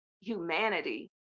humanity